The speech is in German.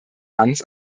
ganz